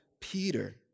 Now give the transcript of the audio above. Peter